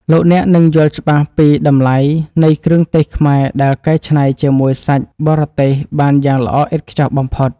លោកអ្នកនឹងយល់ច្បាស់ពីតម្លៃនៃគ្រឿងទេសខ្មែរដែលកែច្នៃជាមួយសាច់បរទេសបានយ៉ាងល្អឥតខ្ចោះបំផុត។